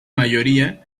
mayoría